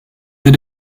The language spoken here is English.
did